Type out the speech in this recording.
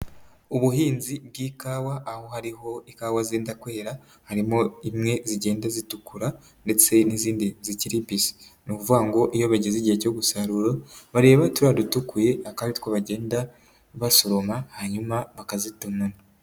Ubuhinzi bw'ikawa, aho hariho ikawa z'inda kwera, harimo zimwe zigenda zitukura ndetse n'izindi zikirimbisi, ni ukuvuga ngo iyo bageze igihe cyo gusarura, bareba turiya dutukuye, bakaba aritwo bagenda basoroma hanyuma bakazitonora.